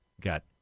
got